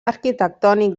arquitectònic